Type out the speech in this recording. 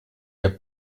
der